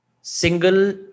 single